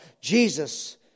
Jesus